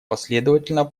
последовательного